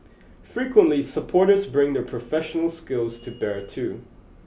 frequently supporters bring their professional skills to bear too